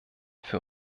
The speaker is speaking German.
für